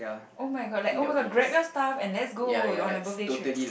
oh-my-god like oh-my-god like grab your stuff and let's go on like a birthday trip